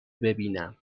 ببینم